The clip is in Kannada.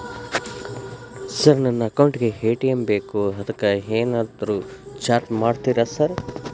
ಸರ್ ನನ್ನ ಅಕೌಂಟ್ ಗೇ ಎ.ಟಿ.ಎಂ ಬೇಕು ಅದಕ್ಕ ಏನಾದ್ರು ಚಾರ್ಜ್ ಮಾಡ್ತೇರಾ ಸರ್?